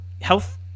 health